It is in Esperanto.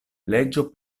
leĝo